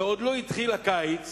כשעוד לא התחיל הקיץ,